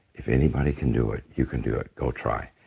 if anybody can do it, you can do it. go try.